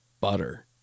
butter